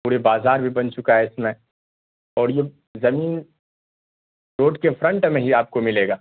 پورے بازار بھی بن چکا ہے اس میں اور یہ زمین روڈ کے فرنٹ میں ہی آپ کو ملے گا